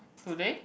today